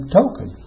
token